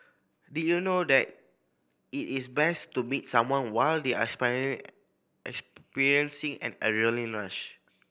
did you know that it is best to meet someone while they are experiencing an adrenaline rush